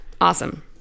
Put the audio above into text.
awesome